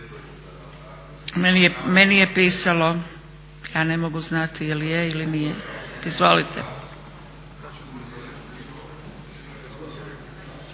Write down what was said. Meni je pisalo, ja ne mogu znati jel' je ili nije. Izvolite.